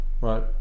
right